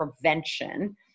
prevention